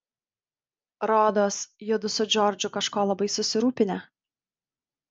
rodos judu su džordžu kažko labai susirūpinę